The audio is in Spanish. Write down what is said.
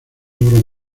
obras